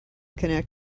connect